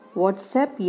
whatsapp